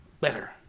better